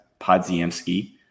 podziemski